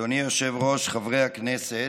אדוני היושב-ראש, חברי הכנסת.